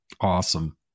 awesome